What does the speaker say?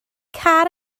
car